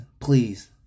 please